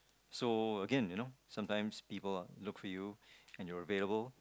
so again you know sometimes people look for you and you're available